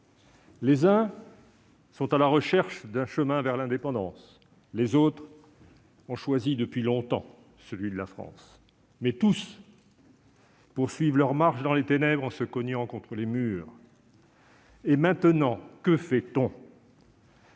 Les uns sont à la recherche d'un chemin vers l'indépendance, les autres ont choisi depuis longtemps celui de la France, mais tous poursuivent leur marche dans les ténèbres, en se cognant contre les murs. Et maintenant, que fait-on ?